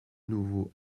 nouveau